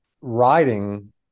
Writing